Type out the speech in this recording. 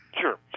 Sure